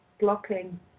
blocking